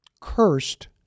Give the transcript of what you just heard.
cursed